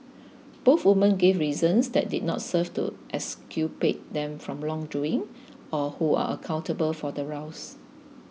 both woman gave reasons that did not serve to exculpate them from wrongdoing or who are accountable for the ruse